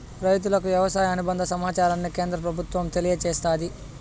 రైతులకు వ్యవసాయ అనుబంద సమాచారాన్ని కేంద్ర ప్రభుత్వం తెలియచేస్తాది